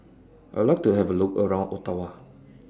I Would like to Have A Look around Ottawa